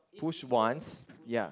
push once ya